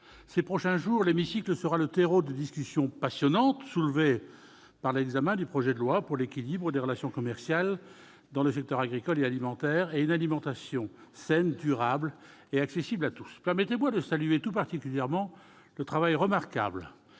Ces prochains jours, l'hémicycle sera le terreau de discussions passionnantes soulevées par l'examen du projet de loi pour l'équilibre des relations commerciales dans le secteur agricole et alimentaire et une alimentation saine, durable et accessible à tous. Permettez-moi de saluer tout particulièrement le travail remarquable